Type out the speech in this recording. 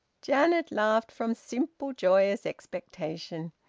janet laughed from simple joyous expectation.